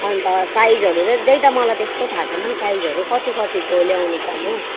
अन्त साइजहरू चाहिँ त्यही त मलाई त्यस्तो थाहा छैनन् साइजहरू कति कतिको ल्याउनुपर्ने हौ